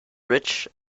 rich